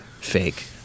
fake